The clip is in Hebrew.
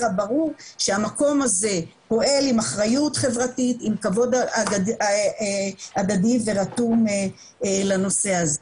הברור שהמקום הזה פועל עם אחריות חברתית עם כבוד הדדי ורתום לנושא הזה.